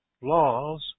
laws